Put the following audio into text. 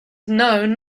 known